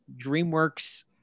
DreamWorks